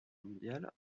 mondial